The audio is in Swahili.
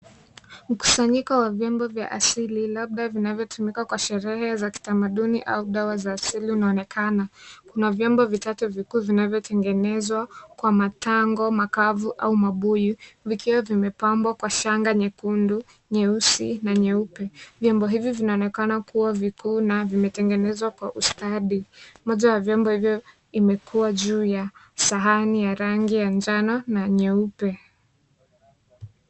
Mkusanyiko wa vyombo vya asili labda vinavyotumika kwa sherehe za kitamaduni au dawa za asili unaonekana, kuna vyombo vitatu vikuu vinavyotengenezwa kwa matango makavu au mabuyu vikiwa vimepanmbwa kwa shanga nyekundu, nyeusi na nyeupe, vyombo hivi vinaonekana kua vikuu na vimetengenezwa kwa ustadi, moja wa vyombo hivyo imekua juu ya sahani ya rangi ya njano na nyeupe.